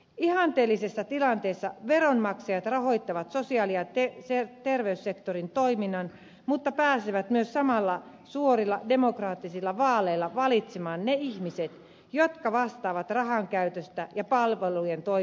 ihanteellisessa tilanteessa veronmaksajat rahoittavat sosiaali ja terveyssektorin toiminnan mutta pääsevät myös samalla suorilla demokraattisilla vaaleilla valitsemaan ne ihmiset jotka vastaavat rahankäytöstä ja palveluiden toimivuudesta